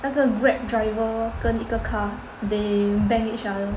那个 Grab driver 跟一个 car they bang each other